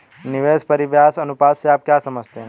निवेश परिव्यास अनुपात से आप क्या समझते हैं?